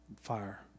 fire